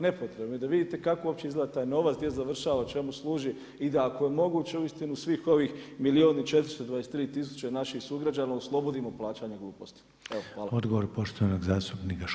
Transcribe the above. Nepotrebno i da vidite kako uopće izgleda taj novac, gdje završava, čemu služi i da ako je moguće uistinu svih ovih milijun i 423 tisuće naših sugrađana oslobodimo plaćanja gluposti.